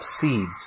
seeds